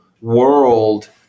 world